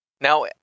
Now